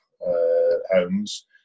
homes